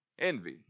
Envy